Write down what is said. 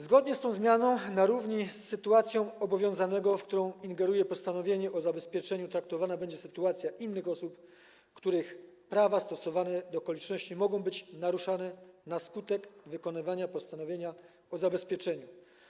Zgodnie z tą zmianą na równi z sytuacją obowiązanego, w którą ingeruje postanowienie o zabezpieczeniu, traktowana będzie sytuacja innych osób, których prawa, stosownie do okoliczności, mogą być naruszane na skutek wykonywania postanowienia o zabezpieczeniu.